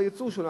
בייצור שלו.